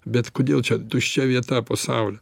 bet kodėl čia tuščia vieta pasauly